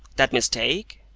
that mistake?